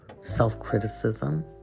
self-criticism